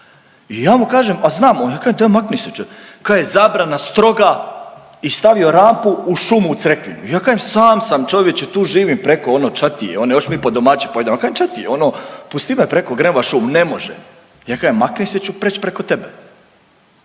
i ja mu kažem, a znam, ja kažem makni se, kaže zabrana stroga i stavio rampu u šumu u Crekvinu. Ja kažem sam sam čovječe tu živim preko ono ća ti je, još mi po domaći … ća ti je ono pusti me preko grem u šum. Ne može. Ja kažem makni se jer ću prijeć preko tebe.